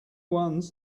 ones